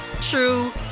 true